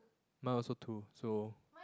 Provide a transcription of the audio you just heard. mine also two so